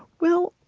well,